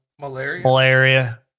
Malaria